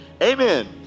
amen